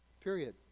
Period